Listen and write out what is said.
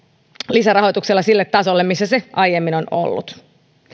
lisärahoituksella sille tasolle millä se aiemmin on ollut